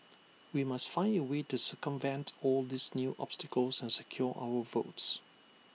we must find A way to circumvent all these new obstacles and secure our votes